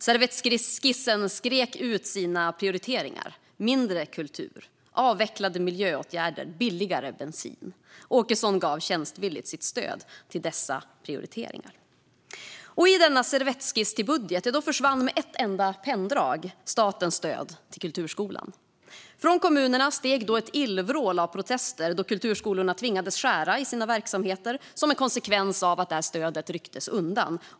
Servettskissen skrek ut sina prioriteringar: Mindre kultur, avvecklade miljöåtgärder, billigare bensin! Åkesson gav tjänstvilligt sitt stöd till dessa prioriteringar. I denna servettskiss till budget försvann med ett enda penndrag statens stöd till kulturskolan. Från kommunerna steg då ett illvrål av protester då kulturskolorna tvingades att skära i sina verksamheter som en konsekvens av att stödet rycktes undan.